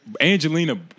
Angelina